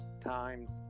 times